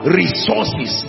resources